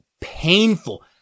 painful